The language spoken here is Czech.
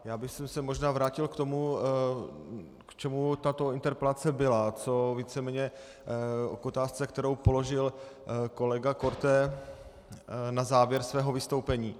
Já bych se možná vrátil k tomu, k čemu tato interpelace byla, víceméně k otázce, kterou položil kolega Korte na závěr svého vystoupení.